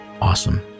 Awesome